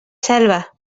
selva